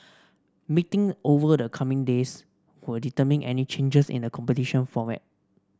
meeting over the coming days would determine any changes in the competition format